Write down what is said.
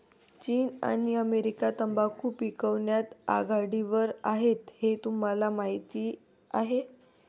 चीन आणि अमेरिका तंबाखू पिकवण्यात आघाडीवर आहेत हे तुम्हाला माहीत आहे